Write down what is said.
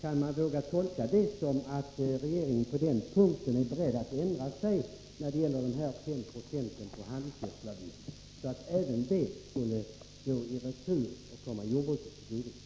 Vågar vi tolka det som att regeringen är beredd att ändra sig så att även den 5-procentiga handelsgödselavgiften skall gå i retur och komma jordbruket till godo?